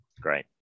Great